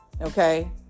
okay